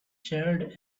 charred